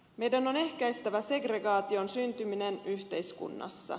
meidän on ehkäistävä segregaation syntyminen yhteiskunnassa